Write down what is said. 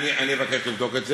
אני אבקש לבדוק את זה,